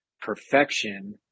perfection